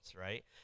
right